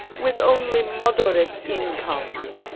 with only moderate incomes,